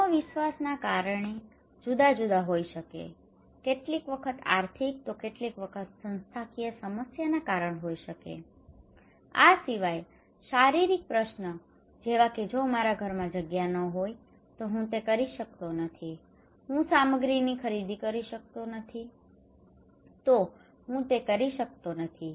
આત્મવિશ્વાસના કારણો જુદા જુદા હોઈ શકે કેટલીક વખત આર્થિક તો કેટલીક વખત સંસ્થાકીય સમસ્યાના કારણો હોઈ શકે આ સિવાય શારીરિક પ્રશ્નો જેવા કે જો મારા ઘરમાં જગ્યા ન હોય તો હું તે કરી શકતો નથી હું સામગ્રીની ખરીદી શકતો નથી તો હું તે કરી શકતો નથી